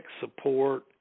support